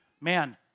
man